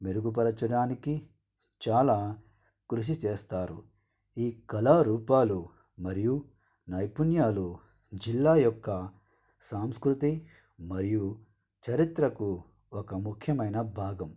మెరుగుపరచడానికి చాలా కృషి చేస్తారు ఈ కళారూపాలు మరియు నైపుణ్యాలు జిల్లా యొక్క సాంస్కృతి మరియు చరిత్రకు ఒక ముఖ్యమైన భాగం